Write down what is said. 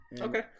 Okay